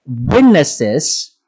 witnesses